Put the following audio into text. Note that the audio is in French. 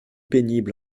pénible